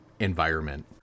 environment